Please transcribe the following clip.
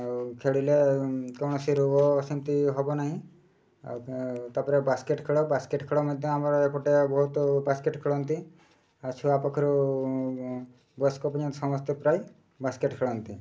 ଆଉ ଖେଳିଲେ କୌଣସି ରୋଗ ସେମିତି ହେବ ନାହିଁ ଆଉ ତା'ପରେ ବାସ୍କେଟ୍ ଖେଳ ବାସ୍କେଟ୍ ଖେଳ ମଧ୍ୟ ଆମର ଏପଟେ ବହୁତ ବାସ୍କେଟ୍ ଖେଳନ୍ତି ଆଉ ଛୁଆ ପାଖରୁ ବୟସ୍କ ପିନ୍ଧ ସମସ୍ତେ ପ୍ରାୟ ବାସ୍କେଟ୍ ଖେଳନ୍ତି